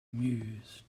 mused